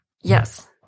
Yes